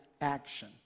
action